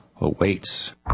awaits